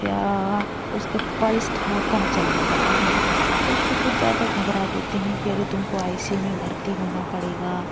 या उसके पल्स थोड़ा कम चलने लगा है तो उसको कुछ ज़्यादा घबरा देते हैं कि अरे तुमको आई सी यू में भर्ती होना पड़ेगा